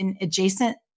adjacent